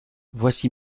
voici